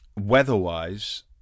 weather-wise